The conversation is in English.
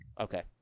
Okay